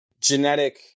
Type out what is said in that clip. genetic